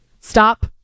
Stop